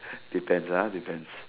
depends lah depends